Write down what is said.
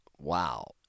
wow